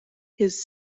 his